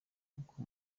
uko